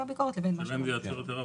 זה לא ייצר יותר עבודה?